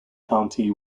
county